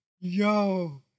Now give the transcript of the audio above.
Yo